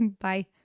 Bye